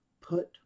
put